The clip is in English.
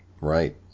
Right